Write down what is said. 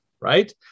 right